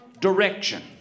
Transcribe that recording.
direction